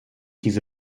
diese